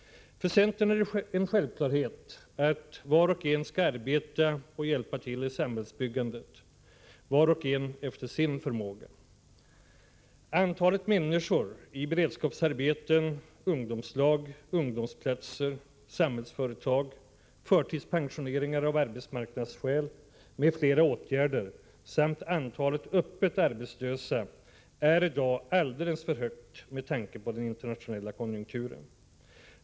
För centern är det en självklarhet att var och en skall arbeta och hjälpa till i samhällsbyggandet — var och en efter sin förmåga. Antalet människor i beredskapsarbeten, ungdomslag, ungdomsplatser, samhällsföretag, förtidspensioneringar av arbetsmarknadsskäl m.fl. åtgärder samt antalet öppet arbetslösa är i dag alldeles för stort med tanke på den internationella konjunkturen.